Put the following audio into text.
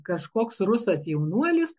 kažkoks rusas jaunuolis